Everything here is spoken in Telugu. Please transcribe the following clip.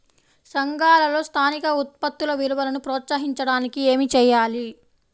సంఘాలలో స్థానిక ఉత్పత్తుల విలువను ప్రోత్సహించడానికి ఏమి చేయాలి?